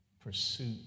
pursuit